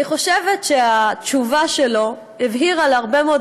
אני חושבת שהתשובה שלו הבהירה להרבה מאוד